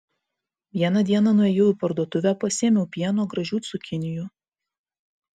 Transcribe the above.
vieną dieną nuėjau į parduotuvę pasiėmiau pieno gražių cukinijų